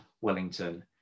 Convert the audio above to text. Wellington